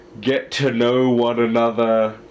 get-to-know-one-another